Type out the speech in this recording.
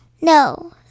No